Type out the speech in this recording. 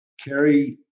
Kerry